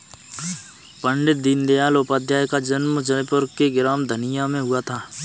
पण्डित दीनदयाल उपाध्याय का जन्म जयपुर के ग्राम धनिया में हुआ था